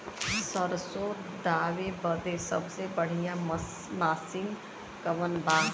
सरसों दावे बदे सबसे बढ़ियां मसिन कवन बा?